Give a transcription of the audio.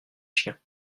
chiens